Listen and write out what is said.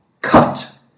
cut